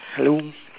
hello